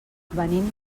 venim